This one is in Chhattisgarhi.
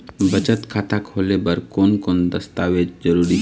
बचत खाता खोले बर कोन कोन दस्तावेज जरूरी हे?